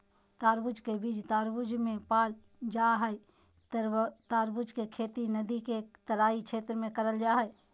तरबूज के बीज तरबूज मे पाल जा हई तरबूज के खेती नदी के तराई क्षेत्र में करल जा हई